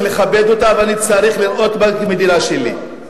לכבד אותה ואני צריך לראות בה מדינה שלי.